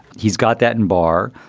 he's got that in bar.